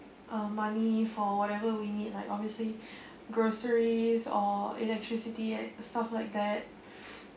uh money for whatever we need like obviously groceries or electricity and stuff like that